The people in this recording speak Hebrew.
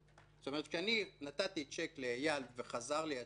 זאת אומרת, כשנתתי צ'ק לאייל וחזר לי הצ'ק,